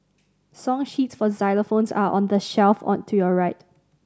song sheets for xylophones are on the shelf on to your right